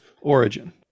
origin